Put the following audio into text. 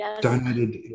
donated